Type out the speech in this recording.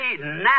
now